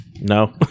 no